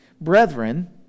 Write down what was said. brethren